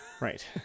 Right